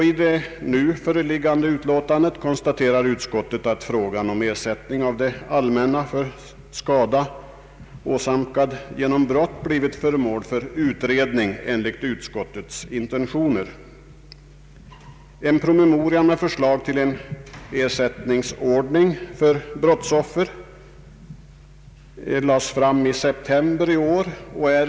I det nu föreliggande utlåtandet konstaterar utskottet att frågan om ersättning av det allmänna för skada åsamkad genom brott blivit föremål för utredning enligt utskottets intentioner. En promemoria med förslag till en ersättningsordning för brottsoffer 1lades fram i september i år.